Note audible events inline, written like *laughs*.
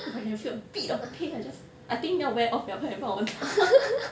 when you feel a bit of a pain I just I think 要 wear off 了快点帮我打 *laughs*